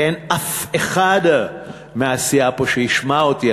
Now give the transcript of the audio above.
ואין אף אחד מהסיעה פה שישמע אותי,